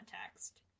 context